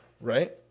right